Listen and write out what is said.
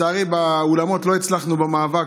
אולי בבלפור הקורונה נגמרה,